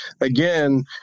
again